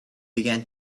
began